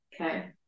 Okay